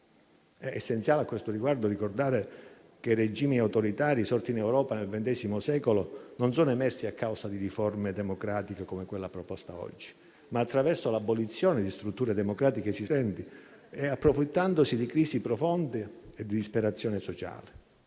È essenziale a questo riguardo ricordare che i regimi autoritari sorti in Europa nel ventesimo secolo non sono emersi a causa di riforme democratiche come quella proposta oggi, ma attraverso l'abolizione di strutture democratiche esistenti e approfittando di crisi profonde e di disperazione sociale.